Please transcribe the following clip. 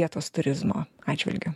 vietos turizmo atžvilgiu